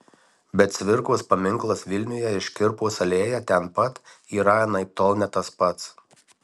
bet cvirkos paminklas vilniuje ir škirpos alėja ten pat yra anaiptol ne tas pats